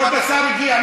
כבוד השר הגיע.